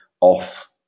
off